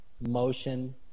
motion